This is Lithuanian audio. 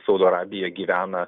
saudo arabija gyvena